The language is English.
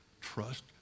Trust